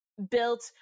built